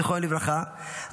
זיכרונו לברכה,